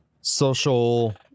social